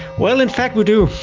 well in fact we do,